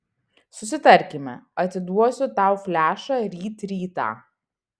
susitarkime atiduosiu tau flešą ryt rytą